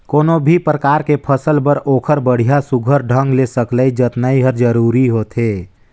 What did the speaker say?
कोनो भी परकार के फसल बर ओखर बड़िया सुग्घर ढंग ले सकलई जतनई हर जरूरी होथे